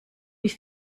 wie